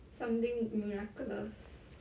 something miraculous